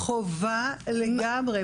חובה לגמרי,